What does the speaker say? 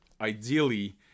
ideally